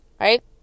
right